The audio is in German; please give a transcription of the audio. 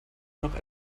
noch